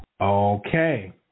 okay